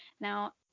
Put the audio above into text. Now